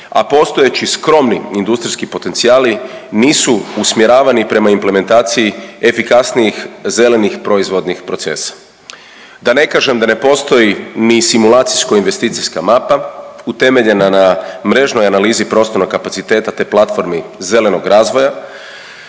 a postojeći skromni industrijski potencijali nisu usmjeravani prema implementaciji efikasnijih zelenih proizvodnih procesa, da ne kažem da ne postoji ni simulacijsko investicijska mapa utemeljena na mrežnoj analizi prostornog kapaciteta te platformi zelenog razvoja